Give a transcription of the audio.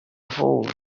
horse